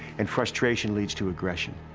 and frustration leads to aggression.